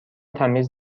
تمیز